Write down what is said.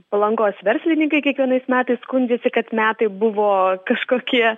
palangos verslininkai kiekvienais metais skundžiasi kad metai buvo kažkokie